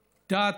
הדת,